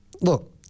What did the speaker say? Look